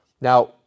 Now